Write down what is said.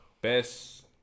Best